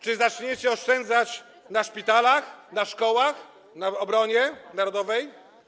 Czy zaczniecie oszczędzać na szpitalach, szkołach, na obronie narodowej?